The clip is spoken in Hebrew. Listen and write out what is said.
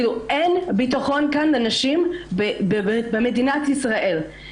אין ביטחון כאן לנשים במדינת ישראל.